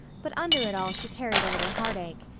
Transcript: but under it all she carried a little heartache.